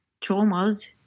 traumas